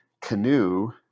canoe